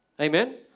Amen